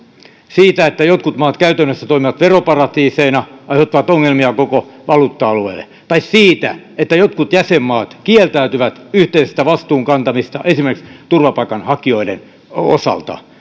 siitä että jotkut maat käytännössä toimivat veroparatiiseina ja aiheuttavat ongelmia koko valuutta alueelle tai siitä että jotkut jäsenmaat kieltäytyvät yhteisestä vastuun kantamisesta esimerkiksi turvapaikanhakijoiden osalta